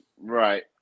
Right